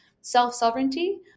self-sovereignty